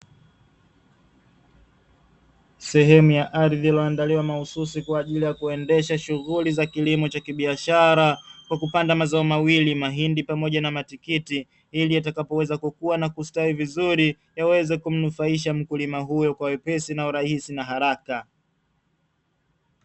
Sehemu ya ardhi iliyoandaliwa mahususi kwa ajili ya kuendesha shughuli za kilimo cha kibiashara kwa kupanda mazao mawili, mahindi pamoja na matikiti ili yatakapoweza kukua na kustawi vizuri yaweze kumnufaisha mkulima huyo kwa wepesi na urahisi na haraka.